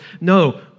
No